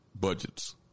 budgets